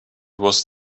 was